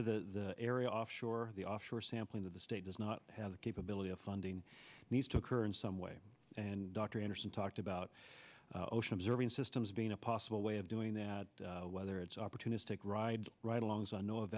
to the area offshore the offshore sampling of the state does not have the capability of funding needs to occur in some way and dr anderson talked about ocean observing systems being a possible way of doing that whether it's opportunistic ride right along as i know of